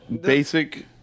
basic